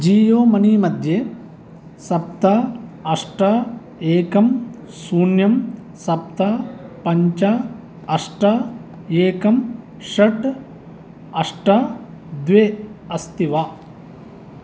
Jio money मध्ये सप्त अष्ट एकं शून्यं सप्त पञ्च अष्ट एकं षट् अष्ट द्वे अस्ति वा